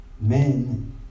men